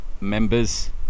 members